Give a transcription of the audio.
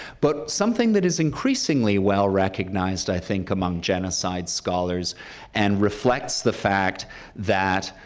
but something that is increasingly well recognized, i think, among genocide scholars and reflects the fact that